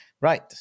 right